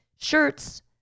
shirts